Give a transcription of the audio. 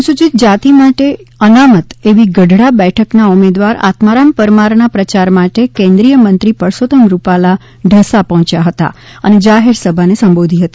અનુસુચિત જાતિ માટે અનામત એવી ગઢડા બેઠકના ઉમેદવાર આત્મારામ પરમારના પ્રચાર માટે કેન્દ્રિય મંત્રી પરસોત્તમ રૂપાલા ઢસા પહોંચ્યા હતા અને જાહેર સભા ને સંબોધી હતી